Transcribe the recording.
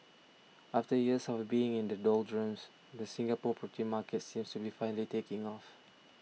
after years of being in the doldrums the Singapore property market seems to be finally taking off